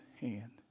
hand